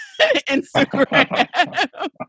Instagram